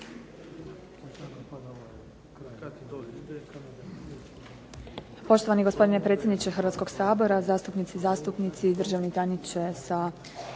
Hvala vam